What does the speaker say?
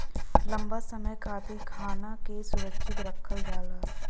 लंबा समय खातिर खाना के सुरक्षित रखल जाला